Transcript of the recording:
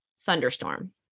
thunderstorm